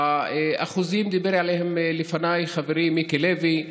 האחוזים שדיבר עליהם לפניי חברי מיקי לוי,